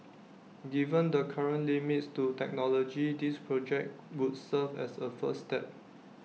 given the current limits to technology this project would serve as A first step